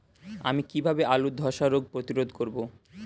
আমি কিভাবে আলুর ধ্বসা রোগ প্রতিরোধ করব?